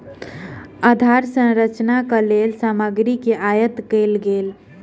आधार संरचना के लेल सामग्री के आयत कयल गेल